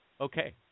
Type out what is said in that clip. Okay